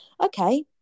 okay